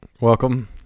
Welcome